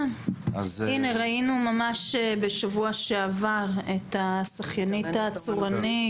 כן, ראינו ממש בשבוע שעבר את השחיינית האומנותית